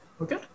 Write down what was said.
Okay